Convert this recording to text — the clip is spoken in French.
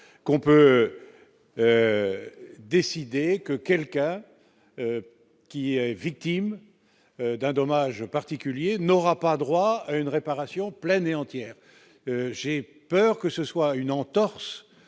Qu'on peut décider que quelqu'un qui est victime. D'un dommage particulier n'aura pas droit à une réparation pleine et entière, j'ai peur que ce soit une entorse